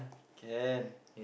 can